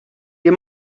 you